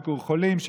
ביקור חולים,